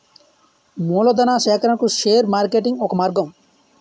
మూలధనా సేకరణకు share marketing ఒక మార్గం